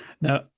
Now